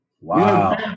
Wow